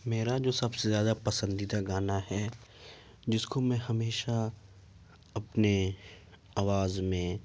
میرا جو سب سے زیادہ پسندیدہ گانا ہے جس کو میں ہمیشہ اپنے آواز میں